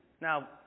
Now